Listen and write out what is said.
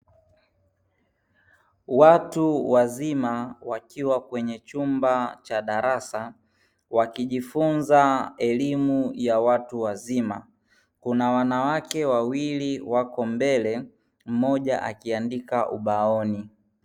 Watu wazima wakiwa kwenye chumba cha darasa wakijifunza elimu ya watu wazima, kuna wanawake wawili wako mbele mmoja akiandika ubaoni.